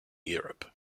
europe